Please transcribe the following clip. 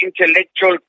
intellectual